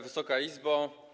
Wysoka Izbo!